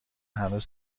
هنوز